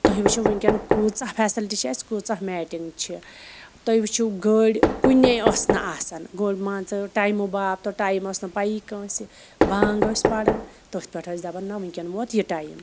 تُہۍ وٕچھِو وٕنۍکٮ۪ن کۭژاہ فیسلٹی چھِ آسہِ کۭژاہ میٹِنٛگ چھِ تُہۍ وٕچھِو گٲڑۍ کُنے ٲس نہٕ آسان گۄڈٕ مان ژٕ ٹایمہٕ باپتھٕ ٹایم ٲس نہ پَیی کٲنٛسہِ بانٛگ ٲسۍ پَران تٔتھۍ پٮ۪ٹھ ٲسۍ دَپان نہ وٕنۍکٮ۪ن ووت یہِ ٹایم